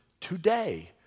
today